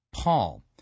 Paul